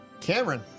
Cameron